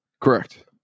correct